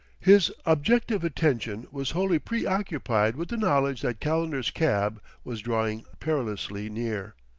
his objective attention was wholly preoccupied with the knowledge that calendar's cab was drawing perilously near.